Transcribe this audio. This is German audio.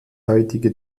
heutige